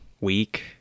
week